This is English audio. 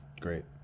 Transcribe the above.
great